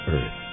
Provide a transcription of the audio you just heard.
Earth